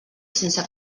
sense